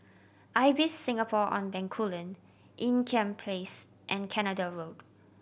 Ibis Singapore On Bencoolen Ean Kiam Place and Canada Road